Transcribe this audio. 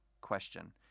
question